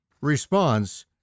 Response